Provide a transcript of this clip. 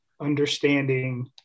understanding